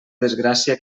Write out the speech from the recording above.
desgràcia